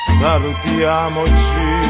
salutiamoci